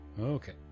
okay